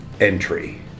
entry